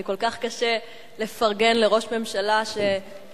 כי כל כך קשה לפרגן לראש ממשלה שנישא